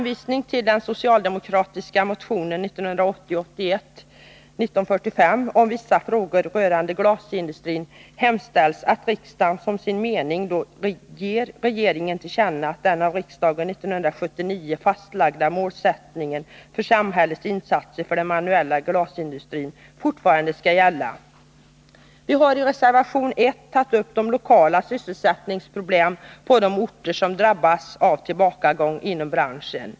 Vi har i reservation 1 tagit upp de lokala sysselsättningsproblemen på de orter som drabbats av tillbakagång inom branschen.